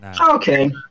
Okay